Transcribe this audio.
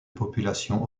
populations